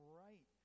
right